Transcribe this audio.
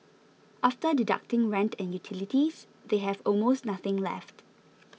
after deducting rent and utilities they have almost nothing left